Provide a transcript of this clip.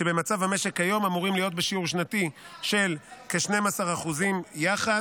שבמצב המשק היום אמורים להיות בשיעור שנתי של כ-12% יחד,